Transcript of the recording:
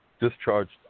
discharged